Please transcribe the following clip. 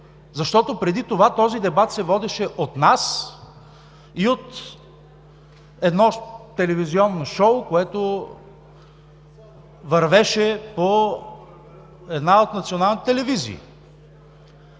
Защото преди това този дебат се водеше от нас и от едно телевизионно шоу, което вървеше по една от националните телевизии.